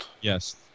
Yes